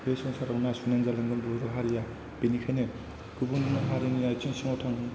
बे संसाराव ना सुनानै जानांगोन बर' हारिया बेनिखायनो गुबुन हारिनि आथिं सिङाव थां